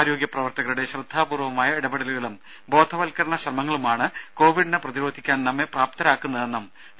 ആരോഗ്യ പ്രവർത്തകരുടെ ശ്രദ്ധാപൂർവമായ ഇടപെടലുകളും ബോധവത്കരണ ശ്രമങ്ങളുമാണ് കൊവിഡിനെ പ്രതിരോധിക്കാൻ നമ്മെ പ്രാപ്തരാക്കുന്നതെന്നും ഡോ